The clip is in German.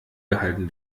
gehalten